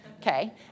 Okay